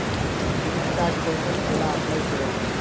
Debit card కోసం ఎలా apply చేయాలి?